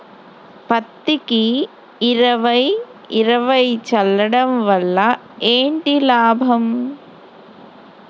పత్తికి ఇరవై ఇరవై చల్లడం వల్ల ఏంటి లాభం?